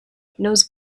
knows